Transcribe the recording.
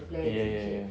ya ya ya